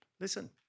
listen